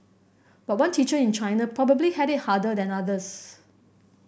but one teacher in China probably had it harder than others